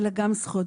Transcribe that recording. אלא גם זכויות.